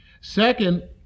second